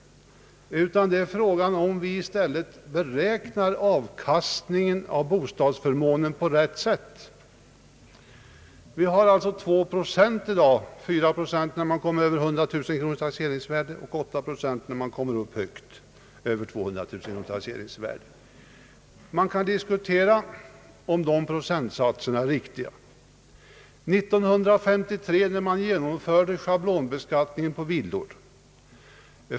Frågan är om vi räknar avkastningen av bostadsförmånen på rätt sätt. Det är i dag 2 procent av taxeringsvärdet upp till 100 000 kronor, 4 respektive 8 procent av taxeringsvärdet över 100 000 respektive 200000 kronor. Man kan diskutera om de procentsatserna är riktiga. 1953 införde man schablonbeskattning av villor.